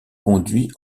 conduit